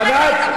ענת ברקו,